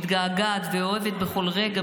מתגעגעת ואוהבת בכל רגע,